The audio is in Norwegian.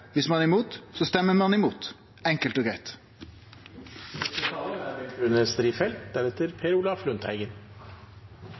ein er imot, stemmer ein imot – enkelt og